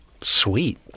sweet